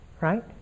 right